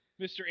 Mr